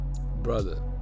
brother